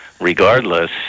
regardless